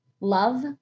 love